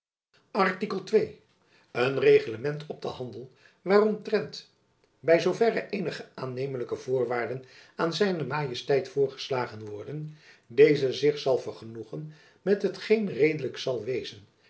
een reglement op den handel waaromtrent by zoo verre eenige aannemelijke voorwaarden aan zijne majesteit voorgeslagen worden deze zich zal vergenoegen met hetgeen redelijk zal wezen